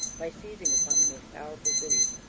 by seizing upon the most powerful cities,